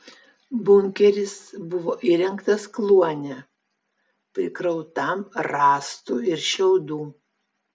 bunkeris buvo įrengtas kluone prikrautam rąstų ir šiaudų